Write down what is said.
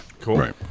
Cool